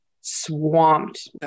swamped